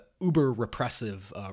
uber-repressive